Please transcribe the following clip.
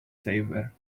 saver